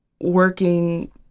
working